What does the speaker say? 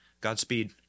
godspeed